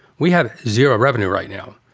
we had zero revenue right now,